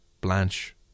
Blanche